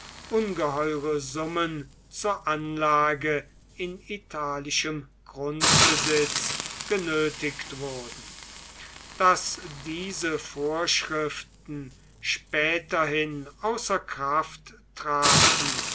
ungeheure summen zur anlage in italischem grundbesitz genötigt wurden daß diese vorschriften späterhin außer kraft traten